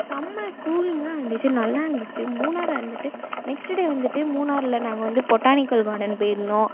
செம்மை கூலிங்காக இருந்துச்சு நல்லா இருந்துச்சு மூணாறு வந்துட்டு நெக்ஸ்ட்டு டே வந்துட்டு மூணாறில் நாங்கள் வந்து பொட்டானிக்கல் கார்டன் போயிருந்தோம்